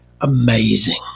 amazing